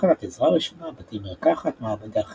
תחנת עזרה ראשונה, בתי מרקחת, מעבדה כימית,